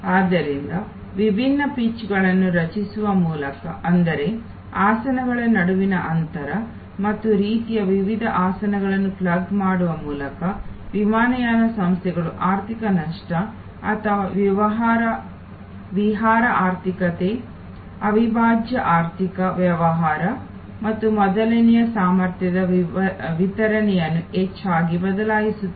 ಆದ್ದರಿಂದ ವಿಭಿನ್ನ ಪಿಚ್ಗಳನ್ನು ರಚಿಸುವ ಮೂಲಕ ಅಂದರೆ ಆಸನಗಳ ನಡುವಿನ ಅಂತರ ಮತ್ತು ವಿವಿಧ ರೀತಿಯ ಆಸನಗಳನ್ನು ಪ್ಲಗ್ ಮಾಡುವ ಮೂಲಕ ವಿಮಾನಯಾನ ಸಂಸ್ಥೆಗಳು ಆರ್ಥಿಕ ನಷ್ಟ ಅಥವಾ ವಿಹಾರ ಆರ್ಥಿಕತೆ ಅವಿಭಾಜ್ಯ ಆರ್ಥಿಕ ವ್ಯವಹಾರ ಮತ್ತು ಮೊದಲನೆಯ ಸಾಮರ್ಥ್ಯದ ವಿತರಣೆಯನ್ನು ಹೆಚ್ಚಾಗಿ ಬದಲಾಯಿಸುತ್ತವೆ